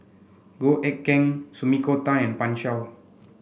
Goh Eck Kheng Sumiko Tan and Pan Shou